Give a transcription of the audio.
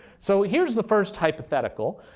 so here's the first hypothetical.